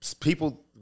people